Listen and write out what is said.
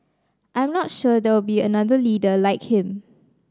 I am not sure there will be another leader like him